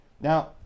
Now